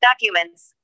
Documents